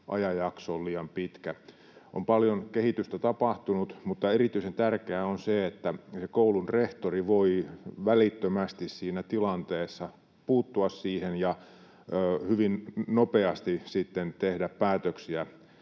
ajanjakso on liian pitkä. On paljon kehitystä tapahtunut, mutta erityisen tärkeää on se, että koulun rehtori voi välittömästi siinä tilanteessa puuttua siihen ja hyvin nopeasti sitten tehdä päätöksiä